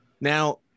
Now